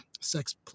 sex